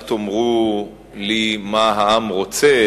אל תאמרו לי מה העם רוצה,